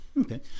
Okay